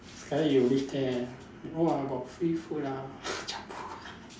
sekali you live there ah !wah! got free food ah